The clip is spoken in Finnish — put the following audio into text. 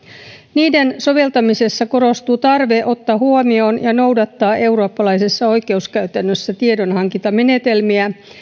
niiden soveltamisessa korostuu tarve ottaa huomioon ja noudattaa eurooppalaisessa oikeuskäytännössä tiedonhankintamenetelmiä